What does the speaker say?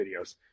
videos